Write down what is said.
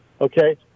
Okay